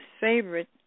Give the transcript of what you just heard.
favorite